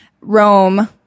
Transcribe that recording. Rome